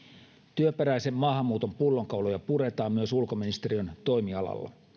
työperäisen maahanmuuton pullonkauloja puretaan myös ulkoministeriön toimialalla